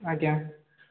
ଆଜ୍ଞା